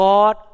God